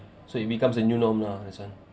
so it becomes a new norm lah that's why